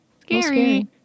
scary